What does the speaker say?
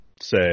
say